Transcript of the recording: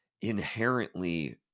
inherently